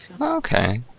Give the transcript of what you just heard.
Okay